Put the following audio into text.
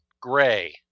Gray